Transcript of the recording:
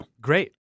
Great